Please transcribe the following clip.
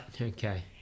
Okay